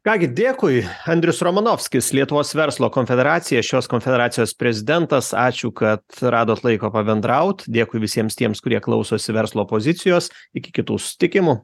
ką gi dėkui andrius romanovskis lietuvos verslo konfederacija šios konfederacijos prezidentas ačiū kad radot laiko pabendraut dėkui visiems tiems kurie klausosi verslo pozicijos iki kitų susitikimų